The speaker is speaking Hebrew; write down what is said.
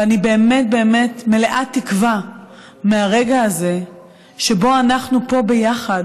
ואני באמת באמת מלאת תקווה מהרגע הזה שבו אנחנו פה ביחד